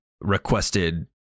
requested